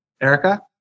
Erica